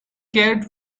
cared